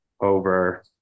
over